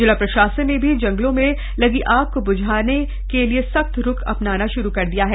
जिला प्रशासन ने भी जंगलों में लगी आग को लेकर सख्त रूख अपनाना शुरू कर दिया है